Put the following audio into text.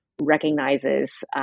recognizes